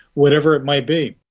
whatever it might be.